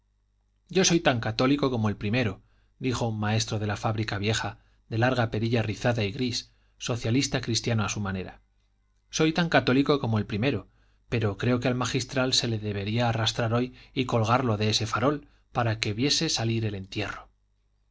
yo soy tan católico como el primero dijo un maestro de la fábrica vieja de larga perilla rizada y gris socialista cristiano a su manera soy tan católico como el primero pero creo que al magistral se le debería arrastrar hoy y colgarlo de ese farol para que viese salir el entierro